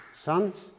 sons